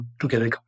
together